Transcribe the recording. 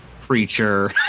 Preacher